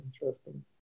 interesting